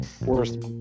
worst